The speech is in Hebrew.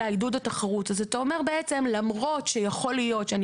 אתה אומר בעצם - למרות שיכול להיות שאני